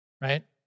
right